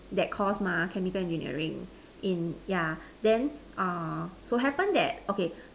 that course mah chemical engineering in yeah then uh so happen that okay